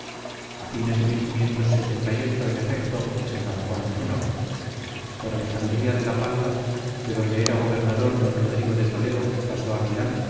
a fines de en efecto desembarcó en génova por alejandría de la palla de donde era gobernador d rodrigo de toledo pasó a milán